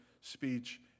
speech